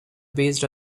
based